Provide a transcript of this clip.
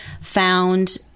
found